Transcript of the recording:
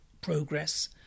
progress